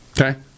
Okay